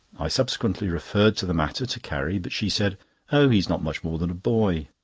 i subsequently referred to the matter to carrie, but she said oh, he's not much more than a boy.